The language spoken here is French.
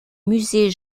musée